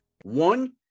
One